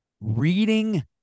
reading